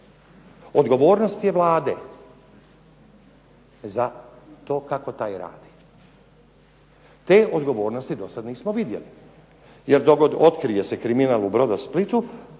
Odgovornost je Vlade za to kako taj radi. Te odgovornosti dosad nismo vidjeli, jer dok god otkrije se kriminal u "Brodosplitu"